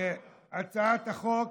הצעת החוק